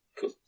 Cool